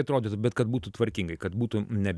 atrodytų bet kad būtų tvarkingai kad būtų ne